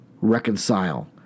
reconcile